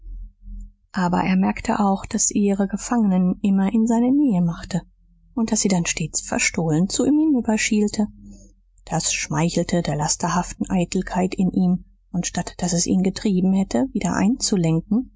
aber er merkte auch daß sie ihre gefangenen immer in seiner nähe machte und daß sie dann stets verstohlen zu ihm hinüberschielte das schmeichelte der lasterhaften eitelkeit in ihm und statt daß es ihn getrieben hätte wieder einzulenken